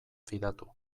fidatu